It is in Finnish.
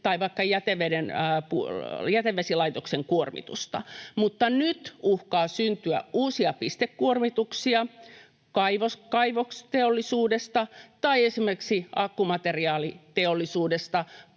tai vaikka jätevesilaitosten kuormitusta, mutta nyt uhkaa syntyä uusia pistekuormituksia kaivosteollisuudesta tai esimerkiksi akkumateriaaliteollisuudesta,